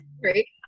Great